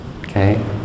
okay